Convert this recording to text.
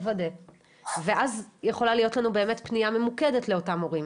לוודא ואז יכולה להיות לנו באמת פנייה ממוקדת לאותם הורים.